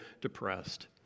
depressed